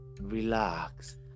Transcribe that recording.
relax